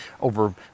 over